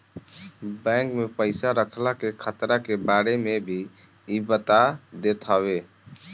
bank में पईसा रखला के खतरा के बारे में भी इ बता देत हवे